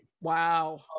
Wow